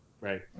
right